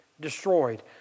destroyed